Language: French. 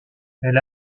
elle